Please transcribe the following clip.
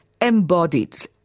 embodied